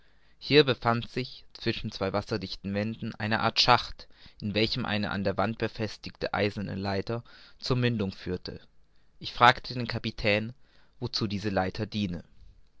hier befand sich zwischen zwei wasserdichten wänden eine art schacht in welchem eine an der wand befestigte eiserne leiter zur mündung führte ich fragte den kapitän wozu diese leiter diene